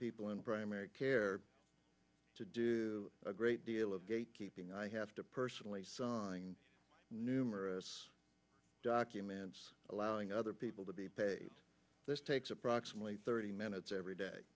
people in primary care to do a great deal of gatekeeping i have to personally find numerous documents allowing other people to be paid this takes approximately thirty minutes every day